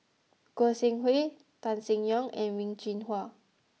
Goi Seng Hui Tan Seng Yong and Wen Jinhua